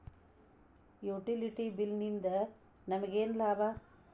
Utility bill ನಿಂದ್ ನಮಗೇನ ಲಾಭಾ?